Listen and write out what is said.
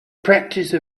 practice